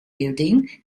building